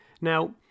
now